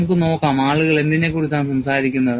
നമുക്ക് നോക്കാംആളുകൾ എന്തിനെക്കുറിച്ചാണ് സംസാരിക്കുന്നത്